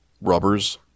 rubbers